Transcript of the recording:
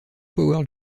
power